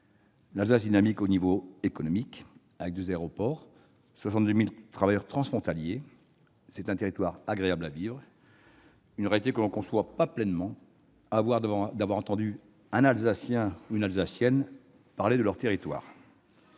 L'Alsace est dynamique sur le plan économique, avec deux aéroports et 62 000 travailleurs transfrontaliers. C'est un territoire agréable à vivre- réalité que l'on ne conçoit pas pleinement avant d'avoir entendu un Alsacien ou une Alsacienne parler de son territoire.